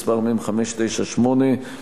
מ/598,